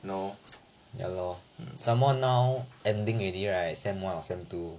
you know